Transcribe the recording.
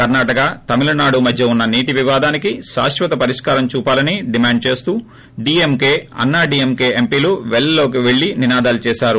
కర్ణాటక తమిళనాడు మధ్య ఉన్న నీటి వివాదానికి శాశ్వత పరిష్కారం చూపాలని డిమాండ్ చేస్తూ డీఎంకే అన్నా డీఎంకే ఎంపీలు వెల్లోకి పెళ్లి నినాదాలు చేశారు